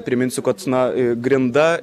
priminsiu kad na grinda